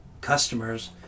customers